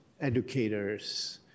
educators